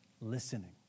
Listening